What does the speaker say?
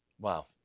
Wow